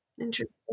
Interesting